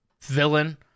villain